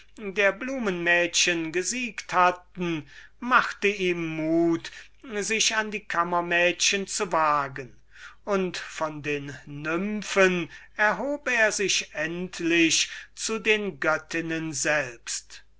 der sträußermädchen gesiegt hatten machte ihm mut sich an die kammermädchen zu wagen und von diesen nymphen erhob er sich endlich zu den göttinnen selbst